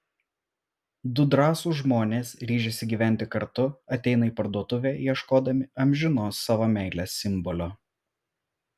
du drąsūs žmonės ryžęsi gyventi kartu ateina į parduotuvę ieškodami amžinos savo meilės simbolio